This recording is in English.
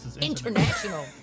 International